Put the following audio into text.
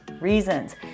reasons